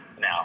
now